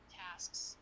tasks